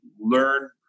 learn